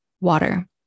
water